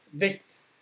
width